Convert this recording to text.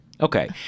Okay